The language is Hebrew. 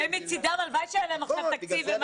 מצדם הלוואי שהיה להם עכשיו תקציב.